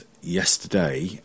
yesterday